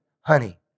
honey